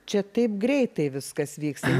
čia taip greitai viskas vyksta